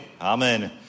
Amen